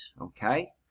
okay